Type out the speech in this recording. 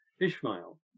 Ishmael